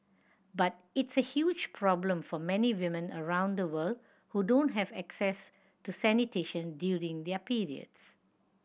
but it's a huge problem for many women around the world who don't have access to sanitation during their periods